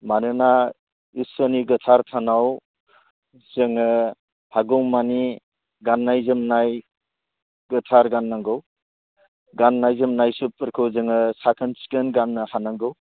मानोना ईसोरनि गोथार सानाव जोङो हागौ मानि गान्नाय जोमनाय गोथार गान्नांगौ गान्नाय जोमनाय सुटफोरखौ जोङो साखोन सिखोन गाननो हानांगौ